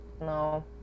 No